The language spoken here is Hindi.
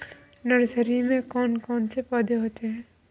नर्सरी में कौन कौन से पौधे होने चाहिए?